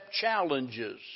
challenges